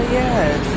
yes